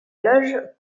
loge